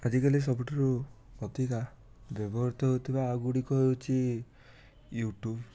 ଆଜିକାଲି ସବୁଠୁରୁ ଅଧିକା ବ୍ୟବହୃତ ହେଉଥିବା ଆପ୍ଗୁଡ଼ିକ ହେଉଛି ୟୁଟ୍ୟୁବ୍